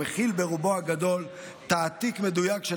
המכיל ברובו הגדול תעתיק מדויק של